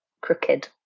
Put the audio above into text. crooked